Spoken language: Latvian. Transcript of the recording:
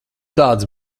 tādas